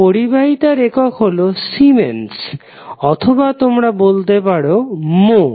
তো পরিবাহিতার একক হলো সিমেন্স অথবা তোমরা বলতে পারো মো